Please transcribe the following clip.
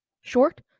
short